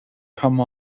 come